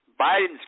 Biden's